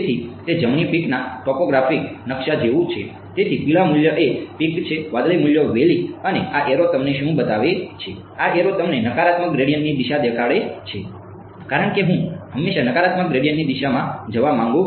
તેથી તે જમણી પીક પર લઈ જાઓ